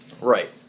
Right